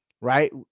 right